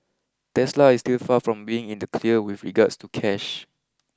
Tesla is still far from being in the clear with regards to cash